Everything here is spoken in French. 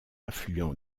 affluent